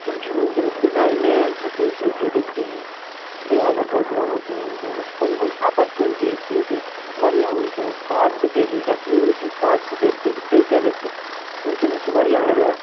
یِم چھِنہٕ وٕنۍکٮ۪نَس مین سِٹرٛیٖم سۭتۍ جُڑِتھ کِہیٖنۍ بیٚیہِ اگر تۄہہِ بہٕ ونو کہِ وٕنۍکٮ۪نَس کَم کَم اپارچُنِٹیٖز چھِ ییٚتہِ واریاہ وٕنۍکٮ۪نَس پاٹسِپیٹ ہیٚکہِ اکھ یوٗتھ ہیٚکہِ پاٹِسپیٹ کٔرِتھ بیٚیہِ کیاہ گَژھِ وٕنۍکٮ۪نَس چھِ واریاہ واریاہ